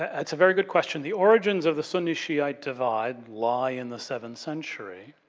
that's a very good question. the origins of the suni, shiite divide lie in the seventh century.